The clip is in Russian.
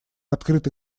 открыты